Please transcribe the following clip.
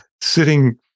sitting